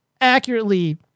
accurately